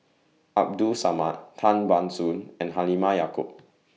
Abdul Samad Tan Ban Soon and Halimah Yacob